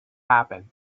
happen